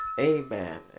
Amen